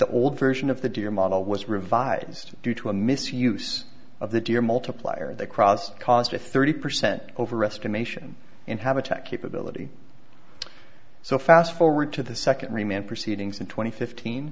the old version of the deer model was revised due to a misuse of the deer multiplier the cross cost a thirty percent overestimation and habitat capability so fast forward to the second remained proceedings and twenty fifteen